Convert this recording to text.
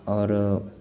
आओर